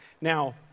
Now